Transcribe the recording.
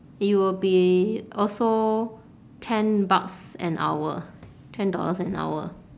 it will be also ten bucks an hour ten dollars an hour